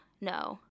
No